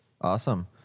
Awesome